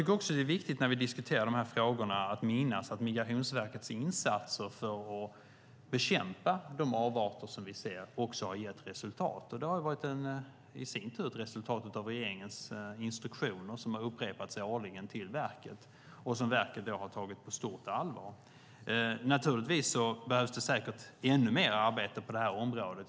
När vi diskuterar de här frågorna tycker jag också att det är viktigt att minnas att Migrationsverkets insatser för att bekämpa de avarter vi ser också har gett resultat, och detta har i sin tur varit ett resultat av regeringens instruktioner som har upprepats årligen till verket och som verket har tagit på stort allvar. Naturligtvis behövs det säkert ännu mer arbete på det här området.